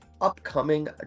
Upcoming